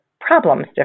problems